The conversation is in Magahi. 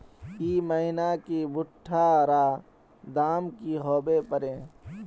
ई महीना की भुट्टा र दाम की होबे परे?